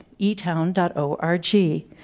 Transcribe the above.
etown.org